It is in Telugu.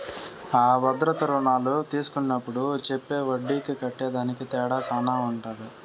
అ భద్రతా రుణాలు తీస్కున్నప్పుడు చెప్పే ఒడ్డీకి కట్టేదానికి తేడా శాన ఉంటది